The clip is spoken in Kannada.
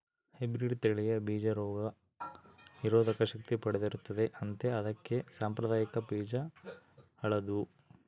ಹೈಬ್ರಿಡ್ ತಳಿಯ ಬೀಜ ರೋಗ ನಿರೋಧಕ ಶಕ್ತಿ ಪಡೆದಿರುತ್ತದೆ ಅಂತೆ ಅದಕ್ಕೆ ಸಾಂಪ್ರದಾಯಿಕ ಬೀಜ ಹಾಳಾದ್ವು